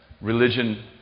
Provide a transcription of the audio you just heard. religion